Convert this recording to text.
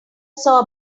saw